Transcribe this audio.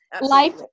life